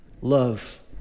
Love